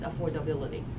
affordability